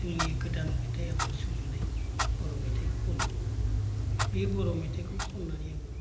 जोंनि गोदान मेथाइ आङो सुजुनाय बर' मेथाइ खनो बे बर' मेथाइखौ खननानै आं